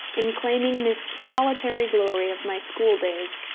in claiming this solitary glory of my school-days,